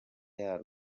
yarwo